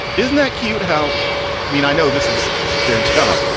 isn't that cute how? i mean, i know this is their job.